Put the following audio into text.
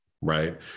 right